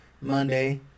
Monday